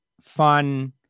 fun